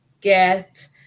get